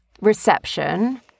reception